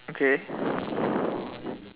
okay